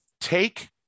Take